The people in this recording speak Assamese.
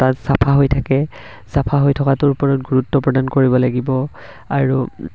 তাত চাফা হৈ থাকে চাফা হৈ থকাটোৰ ওপৰত গুৰুত্ব প্ৰদান কৰিব লাগিব আৰু